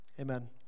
amen